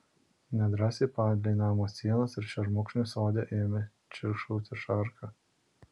nedrąsiai palei namo sienas ir šermukšnius sode ėmė čirškauti šarka